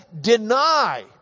deny